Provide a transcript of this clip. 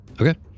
okay